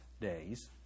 days